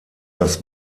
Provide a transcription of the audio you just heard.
das